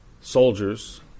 soldiers